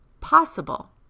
possible